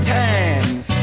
times